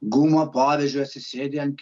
gumą pavyzdžiui atsisėdi ant